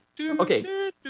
Okay